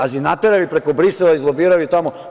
Pazite, naterali preko Brisela, izlobirali tamo.